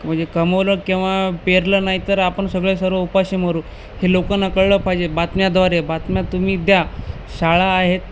म्हणजे कमवलं किंवा पेरलं नाही तर आपण सगळे सर्व उपाशी मरू हे लोकांना कळलं पाहिजे बातम्याद्वारे बातम्या तुम्ही द्या शाळा आहेत